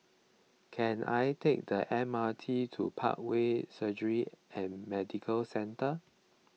can I take the M R T to Parkway Surgery and Medical Centre